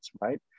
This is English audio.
right